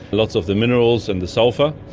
lots of the minerals and the sulphur.